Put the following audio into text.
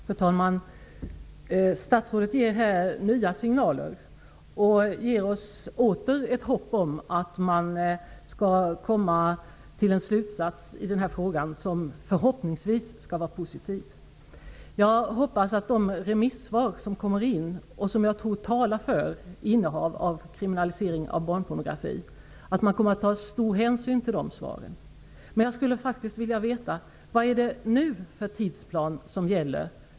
Fru talman! Statsrådet ger nya signaler här. Hon ger oss åter ett hopp om att man förhoppningsvis skall komma till en positiv slutsats i den här frågan. Jag hoppas att man kommer att ta stor hänsyn till de remissvar som kommer in. Jag tror att de kommer att tala för en kriminalisering av innehav av barnpornografi. Men jag skulle faktiskt vilja veta vad det är för tidsplan som gäller nu.